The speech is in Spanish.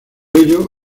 ello